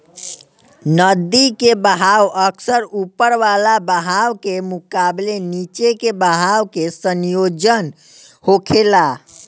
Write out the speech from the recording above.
नदी के बहाव अक्सर ऊपर वाला बहाव के मुकाबले नीचे के बहाव के संयोजन होखेला